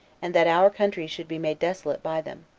and that our country should be made desolate by them.